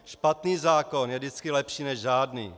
Špatný zákon je vždycky lepší než žádný.